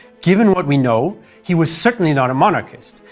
given what we know, he was certainly not a monarchist,